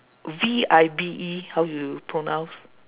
V I B E how you pronounce